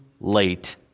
late